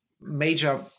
major